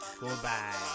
Goodbye